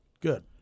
Good